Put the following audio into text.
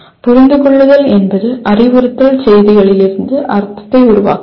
புரிந்துகொள்ளுதல் என்பது அறிவுறுத்தல் செய்திகளிலிருந்து அர்த்தத்தை உருவாக்குவது